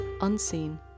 Unseen